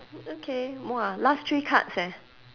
okay !wah! last three cards eh